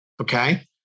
okay